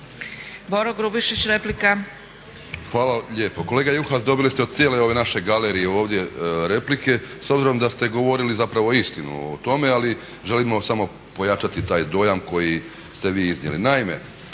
Boro (HDSSB)** Hvala lijepo. Kolega Juhas dobili ste o cijele naše galerije ovdje replike s obzirom da ste govorili zapravo istinu o tome, ali želimo samo pojačati taj dojam koji ste vi iznijeli.